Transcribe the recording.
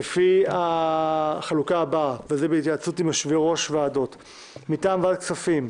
לפי החלוקה הבאה: מטעם ועדת כספים: